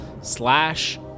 slash